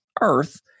Earth